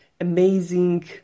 amazing